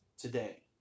today